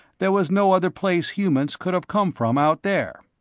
there was no other place humans could have come from out there.